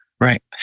Right